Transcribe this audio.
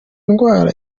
ndwara